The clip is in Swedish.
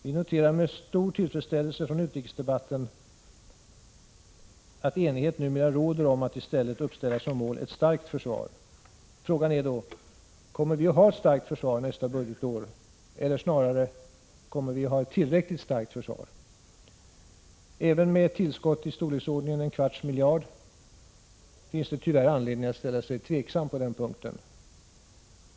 Vi noterar med stor tillfredsställelse från utrikesdebatten att enighet numera råder om att i stället uppställa såsom mål ”ett starkt försvar”. Frågan är då: Kommer vi att ha ett starkt försvar nästa budgetår? Eller, snarare, kommer vi att ha ett tillräckligt starkt försvar? Även med ett tillskott i storleksordningen en kvarts miljard finns det tyvärr anledning att ställa sig tveksam på den punkten.